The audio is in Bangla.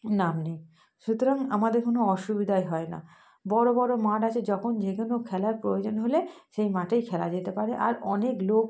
নাম নেই সুতরাং আমাদের কোনো অসুবিধাই হয় না বড় বড় মাঠ আছে যখন যে কোনো খেলার প্রয়োজন হলে সেই মাঠেই খেলা যেতে পারে আর অনেক লোক